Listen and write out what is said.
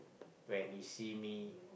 when she see me